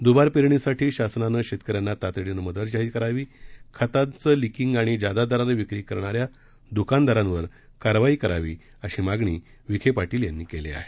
दुबार पेरणीसाठी शासनानं शेतक यांना तातडीनं मदत जाहीर करावी खतांचं लिकींग आणि जादा दरानं विक्री करणा या दुकानदारांवर कारवाई करावी अशी मागणी विखे पाटील यांनी केली आहे